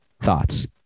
Thoughts